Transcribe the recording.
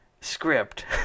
script